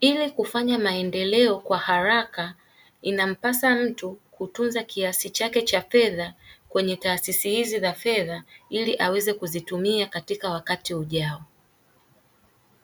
Ili kufanya maendeleo kwa haraka inampasa mtu kutunza kiasi chake cha fedha kwenye taasisi hizi za fedha ili aweze kuzitumia katika wakati ujao.